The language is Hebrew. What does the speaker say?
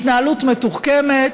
התנהלות מתוחכמת,